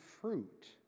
fruit